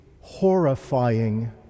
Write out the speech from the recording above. horrifying